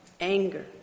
anger